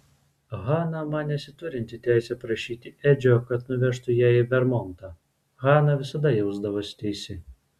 hana manėsi turinti teisę prašyti edžio kad nuvežtų ją į vermontą hana visada jausdavosi teisi